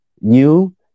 new